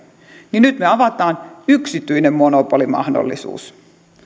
niin nyt me avaamme yksityisen monopolimahdollisuuden